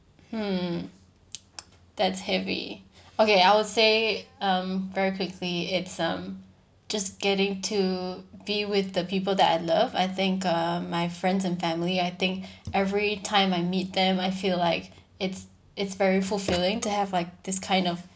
mm that's heavy okay I'll say um very quickly it's um just getting to be with the people that I love I think uh my friends and family I think every time I meet them I feel like it's it's very fulfilling to have like this kind of